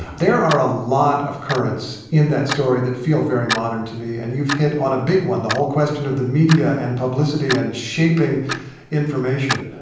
there are a lot of currents in that story that feel very modern to me. and you've hit on a big one the whole question of the media and publicity and shaping information.